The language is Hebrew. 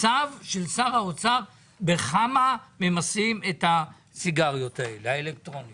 צו של שר האוצר בכמה ממסים את הסיגריות האלקטרוניות האלה.